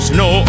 no